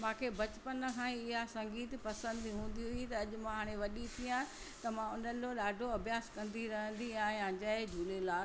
मूंखे बचपन खां इहा संगीत पसंदि हूंदी हुई त अॼु मां हाणे वॾी थी आहियां त मां त मां उन्हनि जो ॾाढो अभ्यास कंदी रहंदी आहियां जय झूलेलाल